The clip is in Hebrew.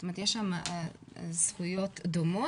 זאת אומרת יש שם זכויות דומות.